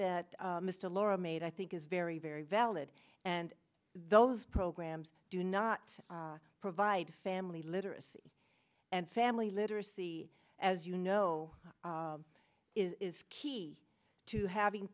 that mr laura made i think is very very valid and those programs do not provide family literacy and family literacy as you know is key to having